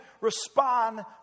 respond